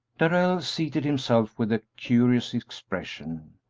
darrell seated himself with a curious expression.